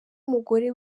umugore